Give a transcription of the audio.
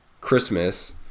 christmas